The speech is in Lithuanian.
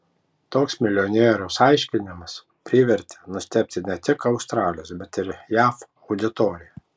toks milijonieriaus aiškinimas privertė nustebti ne tik australijos bet ir jav auditoriją